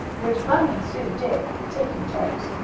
which bunny and sue did, taking turns.